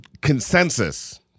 consensus –